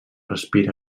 respir